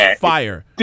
fire